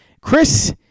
Chris